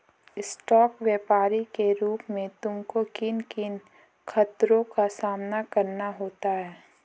Stock व्यापरी के रूप में तुमको किन किन खतरों का सामना करना होता है?